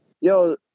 Yo